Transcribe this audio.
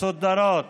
מסודרות